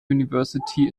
university